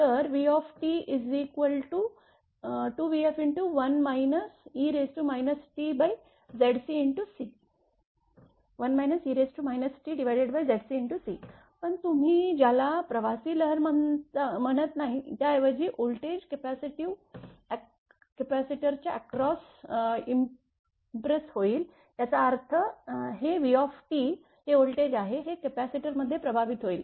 तर vt2vf1 e tZcC पण तुम्ही ज्याला प्रवासी लहर म्हणत नाही त्याऐवजी व्होल्टेज कपॅसिटरच्या अक्रोस इम्प्रेस होईल याचा अर्थ हे v हे व्होल्टेज आहे जे कपॅसिटरमध्ये प्रभावित होईल